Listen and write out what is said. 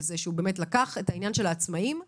על זה שהוא באמת לקח את העניין של העצמאים ואמר: